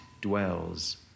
dwells